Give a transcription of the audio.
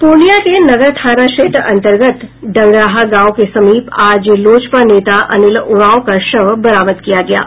प्रर्णिया के नगर थाना क्षेत्र अंतर्गत डंगराहा गांव के समीप आज लोजपा नेता अनिल उरांव का शव बरामद किया गया है